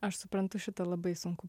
aš suprantu šitą labai sunku